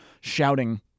shouting